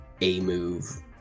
A-move